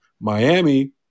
Miami